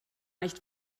nicht